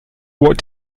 what